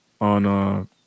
on